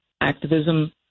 activism